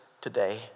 today